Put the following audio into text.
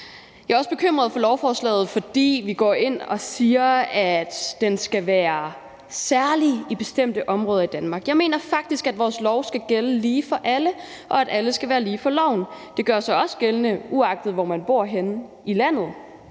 Jeg er også bekymret for lovforslaget, fordi vi går ind og siger, at det særlig skal være i bestemte områder af Danmark. Jeg mener faktisk, at vores lov skal gælde lige for alle, og at alle skal være lige for loven. Det gør sig også gældende, uagtet hvor man bor henne i landet.